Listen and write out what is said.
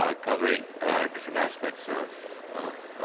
ah covering different aspects of of